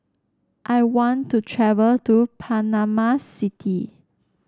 I want to travel to Panama City